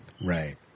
Right